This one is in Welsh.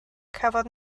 cafodd